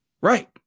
right